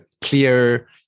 clear